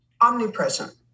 omnipresent